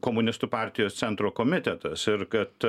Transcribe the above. komunistų partijos centro komitetas ir kad